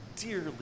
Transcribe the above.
dearly